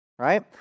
right